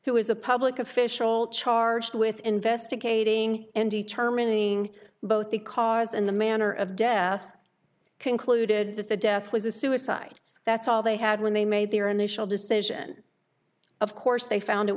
who is a public official charged with investigating and determining both the cars and the manner of death concluded that the death was a suicide that's all they had when they made their initial decision of course they found it